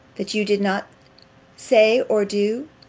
that you did not say or do?